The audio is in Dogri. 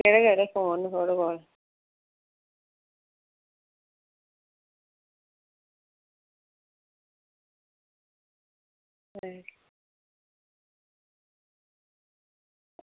केह्ड़े केह्ड़े फोन न थुआढ़े कोल